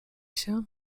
się